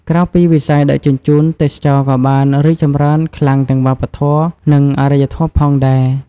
ក្រៅពីវិស័យដឹកជញ្ជូន ទេសចរណ៍ក៏បាន រីកចម្រើនខ្លាំងទាំងវប្បធម៌ និងអរិយធម៌ ផងដែរ។